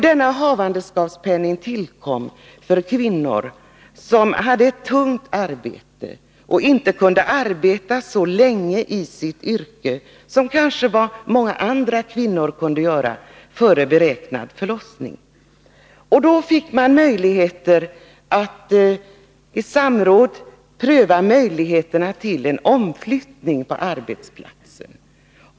Denna havandeskapspenning tillkom för kvinnor som hade ett tungt arbete och inte kunde arbeta så länge inom sin yrke före den beräknade förlossningen som andra kvinnor kanske kunde göra. Då kunde man pröva möjligheterna till en omflyttning på arbetsplatsen.